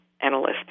analysts